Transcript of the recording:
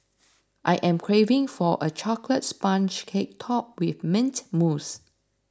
I am craving for a Chocolate Sponge Cake Topped with Mint Mousse